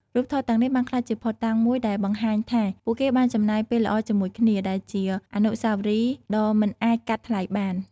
រូបថតទាំងនេះបានក្លាយជាភស្តុតាងមួយដែលបង្ហាញថាពួកគេបានចំណាយពេលល្អជាមួយគ្នា ដែលជាអនុស្សាវរីយ៍ដ៏មិនអាចកាត់ថ្លៃបាន។